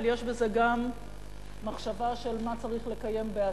אבל יש בזה גם מחשבה של מה צריך לקיים בעתיד,